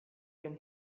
can